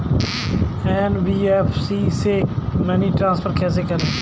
NBFC से money transfer कैसे करें?